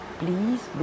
please